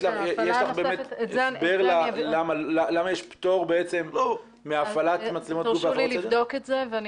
יש לך באמת הסבר למה יש פטור מהפעלת מצלמות גוף בהפרות סדר?